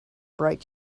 bright